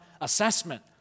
assessment